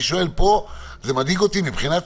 פה זה מדאיג אותי מבחינה ציבורית,